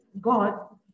God